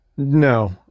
No